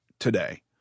today